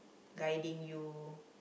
guiding you